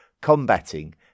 combating